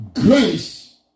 grace